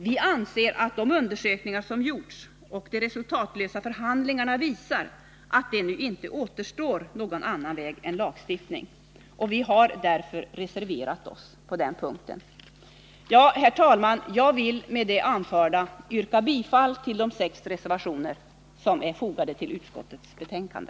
Vi anser att de undersökningar som gjorts och de resultatlösa förhandlingarna visar att det nu inte återstår någon annan väg än lagstiftningens. Vi har därför reserverat oss på den punkten. Herr talman! Jag vill med det anförda yrka bifall till de sex reservationer som är fogade till utskottets betänkande.